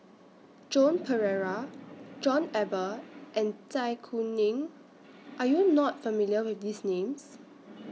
Joan Pereira John Eber and Zai Kuning Are YOU not familiar with These Names